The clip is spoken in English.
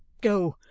go,